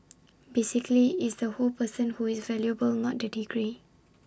basically it's the whole person who is valuable not the degree